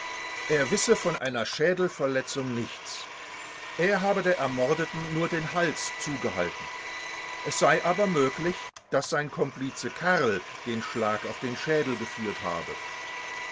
er wisse von einer schädelverletzung nichts er habe der ermordeten nur den hals zugehalten es sei aber möglich daß sein komplice karl den schlag auf den schädel geführt habe